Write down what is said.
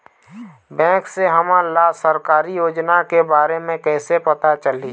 Bank से हमन ला सरकारी योजना के बारे मे कैसे पता चलही?